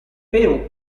perù